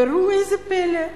וראו איזה פלא,